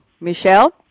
Michelle